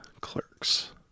clerks